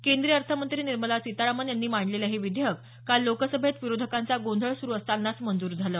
केंद्रीय अर्थमंत्री निर्मला सीतारामन यांनी मांडलेलं हे विधेयक काल लोकसभेत विरोधकांचा गोंधळ सुरू असतानाच मंजूर झालं